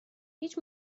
هیچ